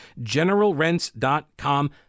GeneralRents.com